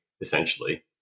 Essentially